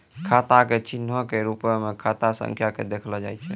खाता के चिन्हो के रुपो मे खाता संख्या के देखलो जाय छै